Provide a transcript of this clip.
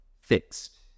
fixed